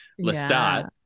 Lestat